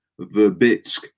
Verbitsk